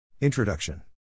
Introduction